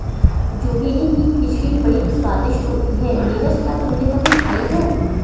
Zucchini की खिचड़ी बड़ी स्वादिष्ट होती है नीरज क्या तुमने कभी खाई है?